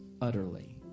utterly